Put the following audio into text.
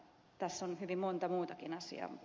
tässä on hyvin monta muutakin asiaa